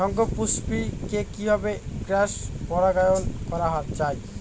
শঙ্খপুষ্পী কে কিভাবে ক্রস পরাগায়ন করা যায়?